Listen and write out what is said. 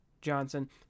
Johnson